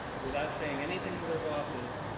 without saying anything to their bosses,